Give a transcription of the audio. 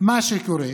מה שקורה